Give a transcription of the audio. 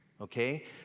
okay